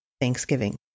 Thanksgiving